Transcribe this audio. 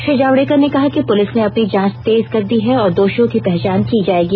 श्री जावडेकर ने कहा कि पुलिस ने अपनी जांच तेज कर दी है और दोषियों की पहचान की जाएगी